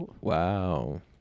Wow